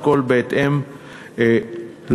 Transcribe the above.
הכול בהתאם לחוק.